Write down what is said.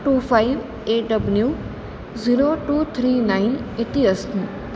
two five A W zero two three nine इति अस्ति